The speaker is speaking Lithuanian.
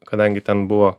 kadangi ten buvo